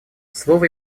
слово